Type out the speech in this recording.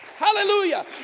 Hallelujah